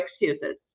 excuses